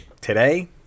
today